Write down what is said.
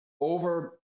over